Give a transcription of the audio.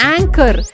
Anchor